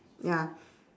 ya